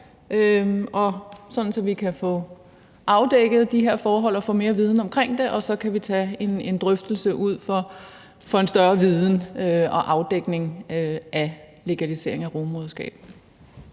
sådan at vi kan få afdækket de her forhold og få mere viden. Og så kan vi tage en drøftelse ud fra en større viden om og afdækning af legalisering af rugemoderskab.